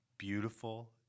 Beautiful